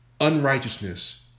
unrighteousness